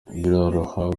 biroroha